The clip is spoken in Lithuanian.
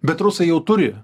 bet rusai jau turi